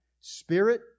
spirit